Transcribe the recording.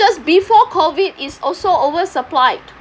just before COVID it's also oversupplied